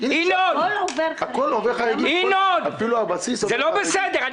ינון אזולאי, זה לא בסדר.